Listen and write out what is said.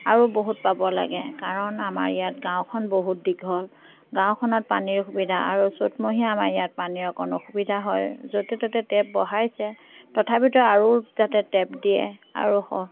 আৰু বহুত পাব লাগে কাৰণ আমাৰ ইয়াত গাঁওখন বহুত দীঘল গাঁওখনত পানীৰ সুবিধা আৰু চ'তমহীয়া আমাৰ ইয়াত পানীৰ অকণ অসুবিধা হয় য'তে ত'তে টেপ বহাইছে তথাপিতো আৰু যাতে টেপ দিয়ে আৰু স